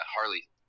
Harley